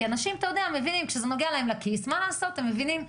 כשזה נוגע לכיס, אנשים מבינים.